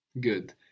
Good